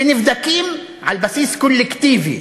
שנבדקים על בסיס קולקטיבי,